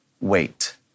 wait